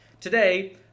Today